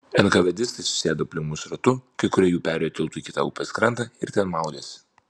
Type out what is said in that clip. enkavedistai susėdo aplink mus ratu kai kurie jų perėjo tiltu į kitą upės krantą ir ten maudėsi